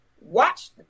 watch